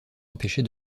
empêcher